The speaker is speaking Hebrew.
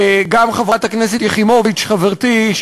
חברת הכנסת יחימוביץ חברתי,